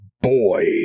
boy